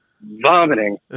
vomiting